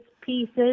Pieces